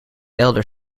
elder